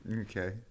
Okay